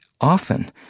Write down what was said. often